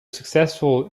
successful